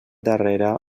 darrera